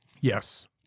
Yes